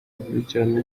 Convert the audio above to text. ikurikirana